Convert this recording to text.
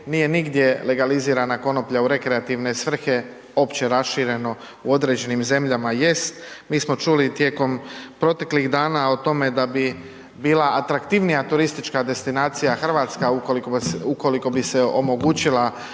nije nigdje legalizirana konoplja u rekreativne svrhe opće rašireno u određenim zemljama jest. Mi smo čuli tijekom proteklih dana o tome da bi bila atraktivnija turistička destinacija Hrvatska ukoliko bi se omogućila